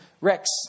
Rex